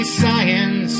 science